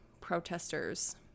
protesters